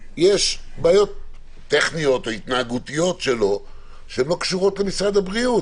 יש בעיות טכניות או התנהגותיות שלו שלא קשורות למשרד הבריאות.